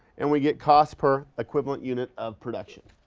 and we get cost per equivalent unit of production,